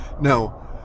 Now